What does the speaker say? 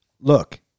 Look